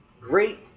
great